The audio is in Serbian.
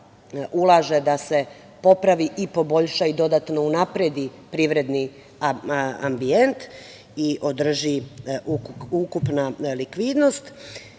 da se popravi i poboljša i dodatno unapredi privredni ambijent i održi ukupna likvidnost.